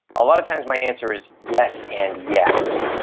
a lot of times my answer is yes and yes.